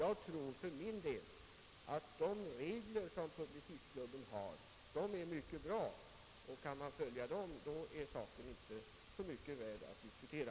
Publicistklubbens regler är mycket bra, och kan man få pressen att följa dem är saken ju inte mycket att diskutera.